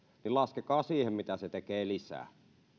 niin laskekaa mitä se siihen tekee lisää